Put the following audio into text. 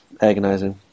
agonizing